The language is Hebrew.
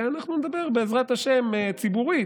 ואנחנו נדבר, בעזרת השם, ציבורית,